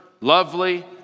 lovely